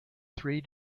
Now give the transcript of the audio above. three